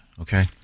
Okay